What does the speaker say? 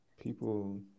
People